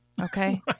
Okay